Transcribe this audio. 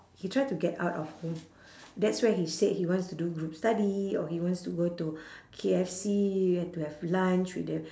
he tried to get out of home that's where he said he wants to do group study or he wants to go to K_F_C to have lunch with the